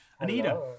Anita